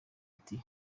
ati